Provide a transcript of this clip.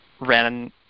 ran